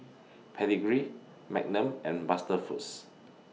Pedigree Magnum and MasterFoods